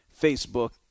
Facebook